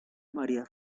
maría